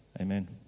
Amen